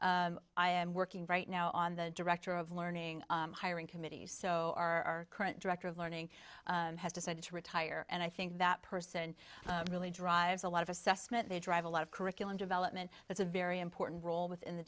achievement i am working right now on the director of learning hiring committees so our current director of learning has decided to retire and i think that person really drives a lot of assessment they drive a lot of curriculum development that's a very important role within the